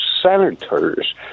senators